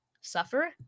Suffer